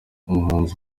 umuhanzi